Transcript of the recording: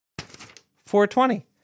420